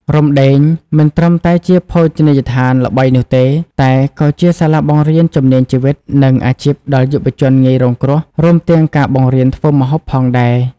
Romdeng មិនត្រឹមតែជាភោជនីយដ្ឋានល្បីនោះទេ តែក៏ជាសាលាបង្រៀនជំនាញជីវិត និងអាជីពដល់យុវជនងាយរងគ្រោះ រួមទាំងការបង្រៀនធ្វើម្ហូបផងដែរ ។